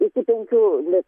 iki penkių litų